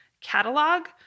catalog